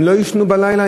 הם לא יישנו בלילה?